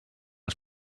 els